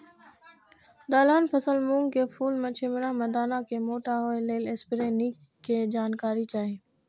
दलहन फसल मूँग के फुल में छिमरा में दाना के मोटा होय लेल स्प्रै निक के जानकारी चाही?